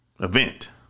event